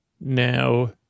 Now